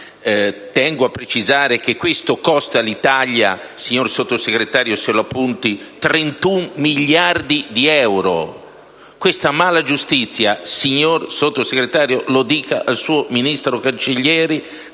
Tengo a precisare che questo costa all'Italia - signor Sottosegretario, se lo appunti - 31 miliardi di euro. Questa mala giustizia - signor Sottosegretario, lo dica al suo ministro Cancellieri